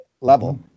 level